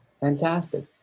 Fantastic